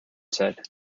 said